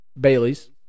Baileys